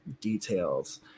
details